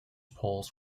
polls